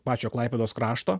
pačio klaipėdos krašto